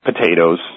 potatoes